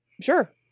Sure